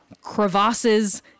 crevasses